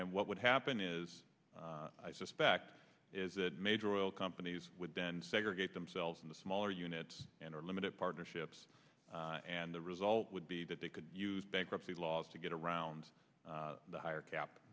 and what would happen is i suspect is that major oil companies would then segregate themselves into smaller units and or limited partnerships and the result would be that they could use bankruptcy laws to get around the higher cap